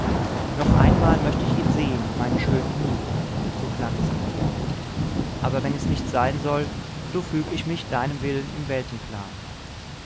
noch einmal möcht ich ihn sehen meinen schönen nu so klang es in ihr aber wenn es nicht sein soll so füg ich mich deinem willen im